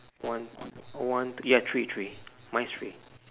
one o~ one ya three three mine is three